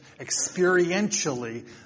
experientially